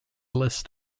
list